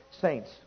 saints